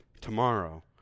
tomorrow